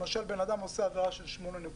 למשל בן אדם עושה עבירה של שמונה נקודות,